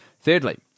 Thirdly